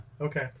Okay